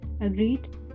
agreed